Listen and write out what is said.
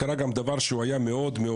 קרה גם דבר שהוא היה מאוד מאוד,